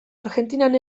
argentinan